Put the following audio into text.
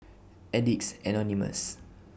Addicts Anonymous